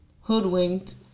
hoodwinked